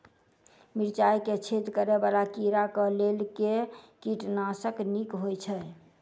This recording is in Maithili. मिर्चाय मे छेद करै वला कीड़ा कऽ लेल केँ कीटनाशक नीक होइ छै?